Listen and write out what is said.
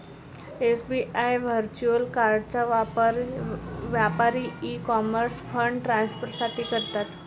SBI virtual कार्डचा वापर व्यापारी ई कॉमर्स फंड ट्रान्सफर साठी करतात